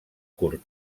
curt